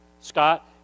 Scott